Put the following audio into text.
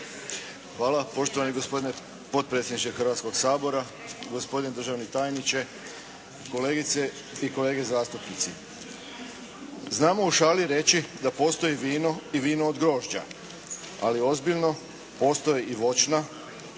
Hvala poštovani gospodine potpredsjedniče Hrvatskog sabora, gospodine državni tajniče, kolegice i kolege zastupnici. Znamo u šali reći da postoji vino i vino od grožđa, ali ozbiljno postoji i voćna,